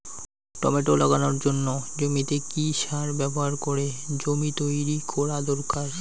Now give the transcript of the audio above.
Tomato লাগানোর জন্য জমিতে কি সার ব্যবহার করে জমি তৈরি করা দরকার?